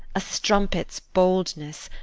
a strumpet's boldness,